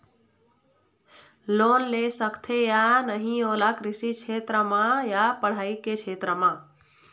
Loan ले सकथे या नहीं ओला कृषि क्षेत्र मा या पढ़ई के क्षेत्र मा?